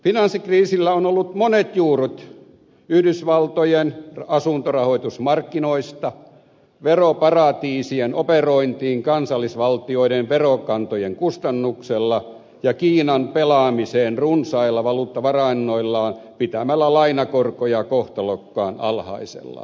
finanssikriisillä on ollut monet juuret yhdysvaltojen asuntorahoitusmarkkinoista veroparatiisien operointiin kansallisvaltioiden verokantojen kustannuksella ja kiinan pelaamiseen runsailla valuuttavarainnoillaan pitämällä lainakorkoja kohtalokkaan alhaisella tasolla